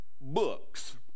books